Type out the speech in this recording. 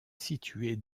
située